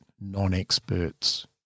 non-experts